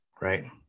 right